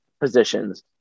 positions